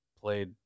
played